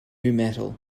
metal